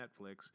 Netflix